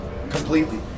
Completely